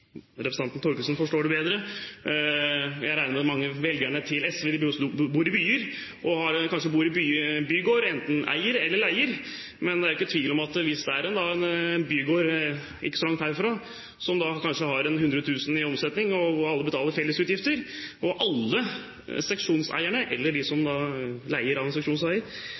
representanten Thorkildsen forstår det bedre: Jeg regner med at mange av velgerne til SV bor i byer og kanskje bor i bygårder – enten eier eller leier. Det er ingen tvil om at hvis det er en bygård ikke så langt herfra som kanskje har 100 000 kr i omsetning, hvor alle betaler fellesutgifter, og hvor alle seksjonseierne, eller de som leier av en seksjonseier